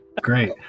great